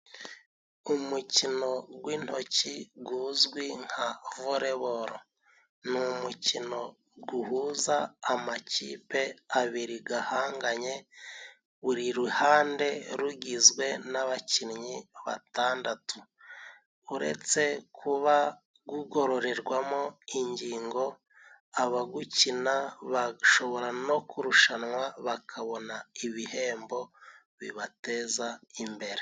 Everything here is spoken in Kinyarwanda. Umukino gw'intoki gwuzwi nka volebolo. Ni umukino gwuhuza amakipe abiri gahanganye, buri ruhande rugizwe n'abakinnyi batandatu. Uretse kuba gwugororerwamo ingingo, abagwukina bashobora no kurushanwa bakabona ibihembo bibateza imbere.